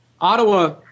Ottawa